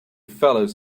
fellows